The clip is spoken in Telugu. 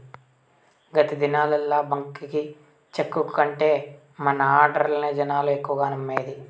గత దినాల్ల బాంకీ చెక్కు కంటే మన ఆడ్డర్లనే జనాలు ఎక్కువగా నమ్మేది